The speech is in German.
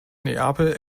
neapel